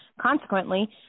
Consequently